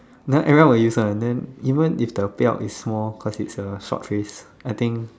this one everyone will use one then even if the belt is small cause it's a short phrase I think